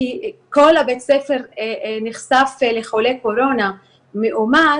כי כל בית הספר נחשף לחולה קורונה מאומת